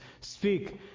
speak